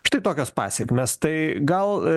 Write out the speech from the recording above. štai tokios pasekmės tai gal